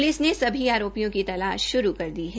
police ने सभी आरोपियों की तलाश श्रू कर दी है